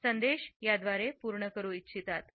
आणि संदेश याद्वारे पूर्ण करू इच्छितात